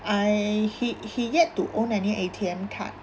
I he he yet to own any A_T_M card